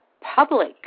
public